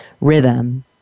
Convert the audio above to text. rhythm